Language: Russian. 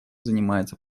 занимается